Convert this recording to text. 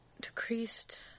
Decreased